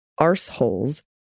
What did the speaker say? arseholes